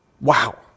Wow